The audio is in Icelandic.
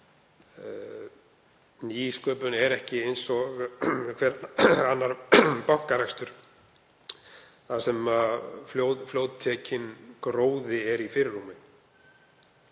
Nýsköpun er ekki eins og hver annar bankarekstur þar sem fljóttekinn gróði er í fyrirrúmi.